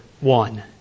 one